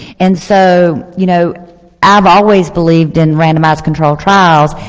and so you know i have always believed in randomized controlled trials,